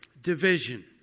division